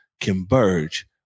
converge